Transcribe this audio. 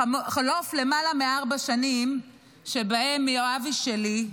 בחלוף למעלה מארבע שנים שבהן יואבי שלי,